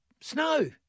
snow